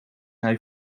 hij